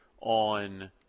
on